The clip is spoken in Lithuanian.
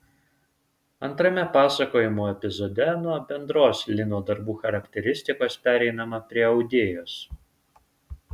antrame pasakojimo epizode nuo bendros lino darbų charakteristikos pereinama prie audėjos